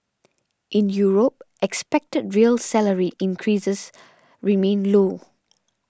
in Europe expected real salary increases remain low